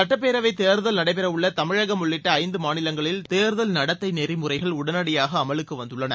சுட்டப்பேரவைதேர்தல் நடைபெறவுள்ளதமிழகம் உள்ளிட்டஐந்துமாநிலங்களில் தேர்தல் நடத்தைநெறிமுறைகள் உடனடியாகஅமலுக்குவந்துள்ளன